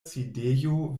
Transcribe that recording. sidejo